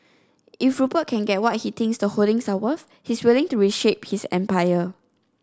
if Rupert can get what he thinks the holdings are worth he's willing to reshape his empire